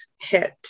hit